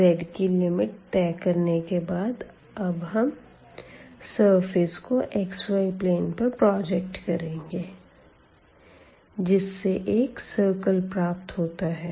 zकी limit तय करने के बाद अब हम सरफ़ेस को xy प्लेन पर प्रोजेक्ट करेंगे जिससे एक सिरकल प्राप्त होता है